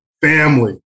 family